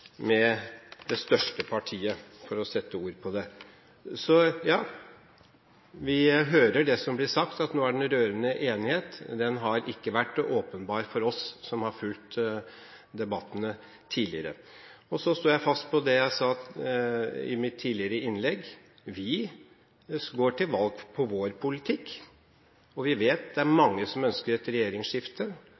med det største partiet – for å sette ord på det. Så vi hører det som blir sagt, at det er en rørende enighet. Den har ikke vært åpenbar for oss som har fulgt debattene tidligere. Så står jeg fast på det jeg sa i mitt tidligere innlegg. Vi går til valg på vår politikk, og vi vet at det er mange som ønsker et regjeringsskifte.